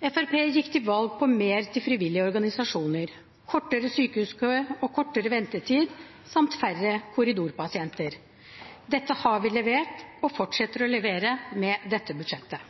Fremskrittspartiet gikk til valg på mer til frivillige organisasjoner, kortere sykehuskø og kortere ventetid samt færre korridorpasienter. Dette har vi levert og fortsetter å levere med dette budsjettet.